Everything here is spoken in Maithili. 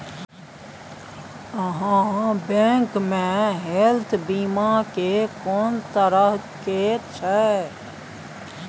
आहाँ बैंक मे हेल्थ बीमा के कोन तरह के छै?